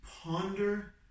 ponder